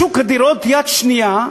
בשוק הדירות יד שנייה,